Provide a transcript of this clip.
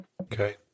Okay